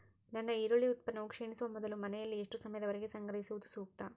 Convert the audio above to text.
ನನ್ನ ಈರುಳ್ಳಿ ಉತ್ಪನ್ನವು ಕ್ಷೇಣಿಸುವ ಮೊದಲು ಮನೆಯಲ್ಲಿ ಎಷ್ಟು ಸಮಯದವರೆಗೆ ಸಂಗ್ರಹಿಸುವುದು ಸೂಕ್ತ?